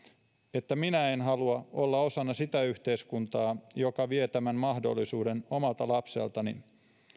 että minä en halua olla osana sitä yhteiskuntaa joka vie tämän mahdollisuuden omalta lapseltani